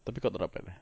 tapi kau tak dapat eh